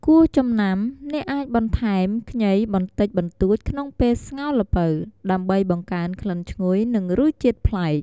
គួរចំណាំ អ្នកអាចបន្ថែម ខ្ញី បន្តិចបន្តួចក្នុងពេលស្ងោរល្ពៅ ដើម្បីបង្កើនក្លិនឈ្ងុយ និងរសជាតិប្លែក។